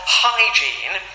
hygiene